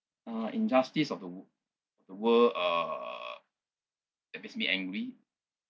uh injustice of the w~ the world uh that makes me angry